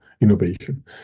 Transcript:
innovation